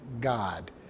God